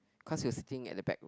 cause he was sitting at the back